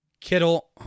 Kittle